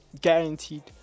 Guaranteed